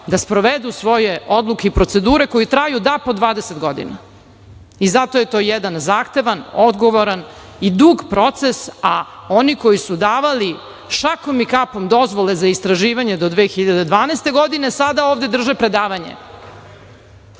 da sprovedu, svoje odluke i procedure koje traju, da, po 20 godina. I zato je to jedan zahtevan, odgovoran i dug proces, a oni koji su davali šakom i kapom dozvole za istraživanje do 2012. godine, sada ovde drže predavanje. Ja